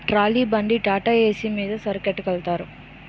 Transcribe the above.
trolley బండి టాటాఏసి మీద సరుకొట్టికెలతారు